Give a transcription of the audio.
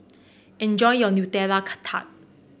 enjoy your Nutella Tart